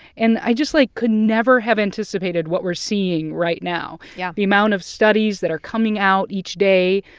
and i just, like, could never have anticipated what we're seeing right now. yeah. the amount of studies that are coming out each day,